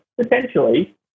potentially